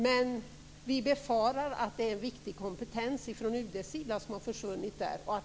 Men vi befarar att det är en viktig kompetens från UD:s sida som har försvunnit.